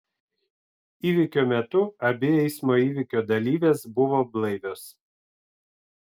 įvykio metu abi eismo įvykio dalyvės buvo blaivios